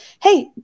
Hey